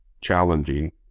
challenging